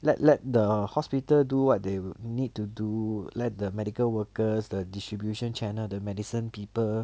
let let the hospital do what they will need to do let the medical workers the distribution channel the medicine people